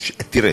תראה,